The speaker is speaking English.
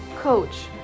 coach